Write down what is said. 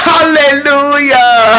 Hallelujah